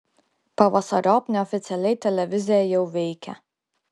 pavasariop neoficialiai televizija jau veikia